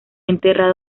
enterrado